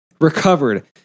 recovered